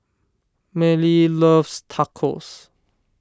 Millie loves Tacos